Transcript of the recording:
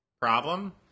problem